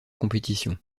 compétition